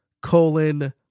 colon